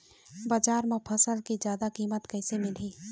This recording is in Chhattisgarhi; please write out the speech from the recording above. बजार म फसल के जादा कीमत कैसे मिलही?